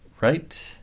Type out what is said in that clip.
Right